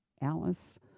Alice